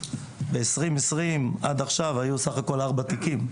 ב-2020 עד עכשיו היו בסך הכול ארבעה תיקים.